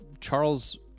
charles